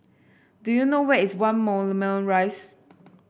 do you know where is One Moulmein Rise